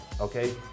okay